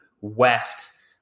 west